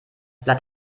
blatt